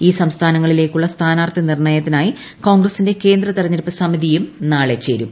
ഈ സംസ്ഥാനങ്ങളിലേക്കുള്ള സ്ഥാനാർത്ഥിനിർണ്ണയത്തിനായി കോൺഗ്രസിന്റെ കേന്ദ്ര തെരഞ്ഞെടുപ്പ് സമിതിയും നാളെ ചേരും